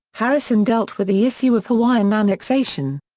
harrison dealt with the issue of hawaiian annexation.